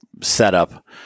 setup